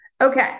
Okay